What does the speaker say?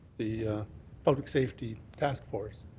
the public safety task force,